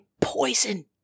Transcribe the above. poison